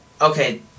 okay